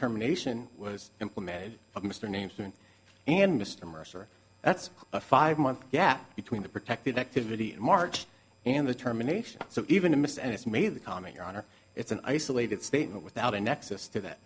term nation was implemented mr name soon and mr mercer that's a five month gap between the protected activity in march and the terminations so even a miss and it's made the comment your honor it's an isolated statement without a nexus to that